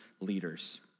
leaders